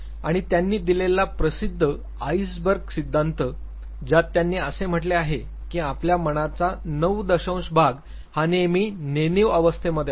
आणि त्यांनी दिलेला प्रसिद्ध आईस बर्ग सिद्धांत ज्यात त्यांनी असे म्हटले आहे की आपल्या मनाचा नऊ दशांश भाग हा नेहमी नेणीव अवस्थेमध्ये असतो